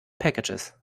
packages